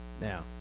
Now